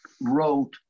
wrote